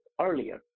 earlier